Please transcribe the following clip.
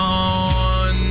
on